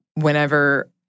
whenever